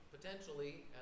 potentially